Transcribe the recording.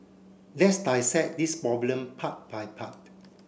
let's dissect this problem part by part